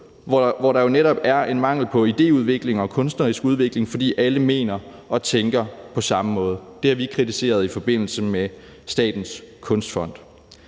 hvor der jo netop er en mangel på idéudvikling og kunstnerisk udvikling, fordi alle mener og tænker på samme måde? Det har vi kritiseret i forbindelse med Statens Kunstfond.